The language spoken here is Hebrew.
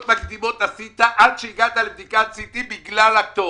מקדימות עשית עד שהגעת לבדיקת CT בגלל התור?